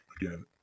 again